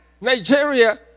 Nigeria